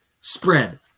spread